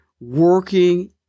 working